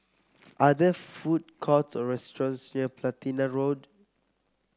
are there food courts or restaurants near Platina Road